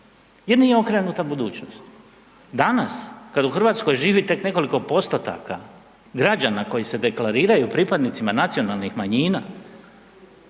jer nije okrenuta budućnosti. Danas kad u RH živi tek nekoliko postotaka građana koji se deklariraju pripadnicima nacionalnih manjina